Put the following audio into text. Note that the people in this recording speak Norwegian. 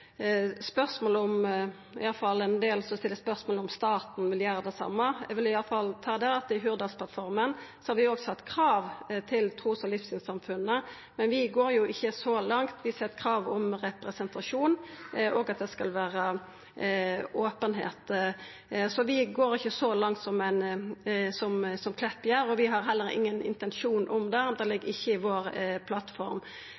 ein del som stiller spørsmål om staten vil gjera det same. Då vil eg iallfall ta med at i Hurdalsplattforma har vi òg sett krav til tros- og livssynssamfunna, men vi går jo ikkje så langt: Vi set krav om representasjon og at det skal vera openheit. Så vi går ikkje så langt som Klepp gjer, vi har heller ingen intensjon om det, og det